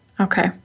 Okay